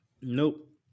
Nope